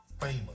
famous